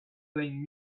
playing